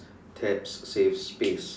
tabs save space